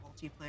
multiplayer